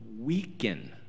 weaken